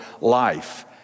life